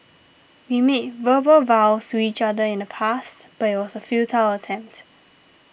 we made verbal vows to each other in the past but it was a futile attempt